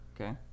Okay